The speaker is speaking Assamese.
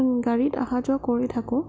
গাড়ীত অহা যোৱা কৰি থাকোঁ